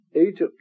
Egypt